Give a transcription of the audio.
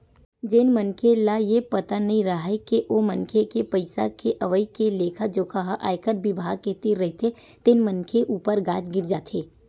जेन मनखे ल ये पता नइ राहय के ओ मनखे के पइसा के अवई के लेखा जोखा ह आयकर बिभाग के तीर रहिथे तेन मनखे ऊपर गाज गिर जाथे